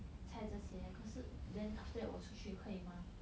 菜这些可是 then after that 我出去可以吗